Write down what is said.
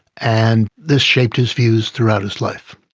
and this shaped his views throughout his life.